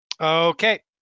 Okay